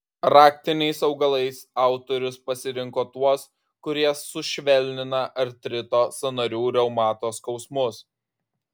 raktiniais augalais autorius pasirinko tuos kurie sušvelnina artrito sąnarių reumato skausmus